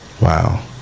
wow